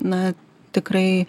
na tikrai